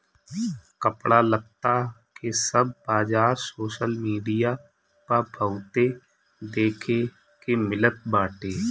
कपड़ा लत्ता के सब बाजार सोशल मीडिया पअ बहुते देखे के मिलत बाटे